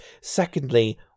Secondly